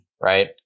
right